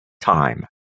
time